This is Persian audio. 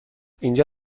اینجا